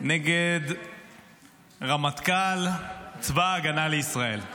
נגד רמטכ"ל צבא ההגנה לישראל.